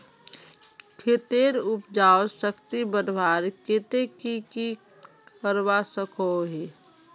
खेतेर उपजाऊ शक्ति बढ़वार केते की की करवा सकोहो ही?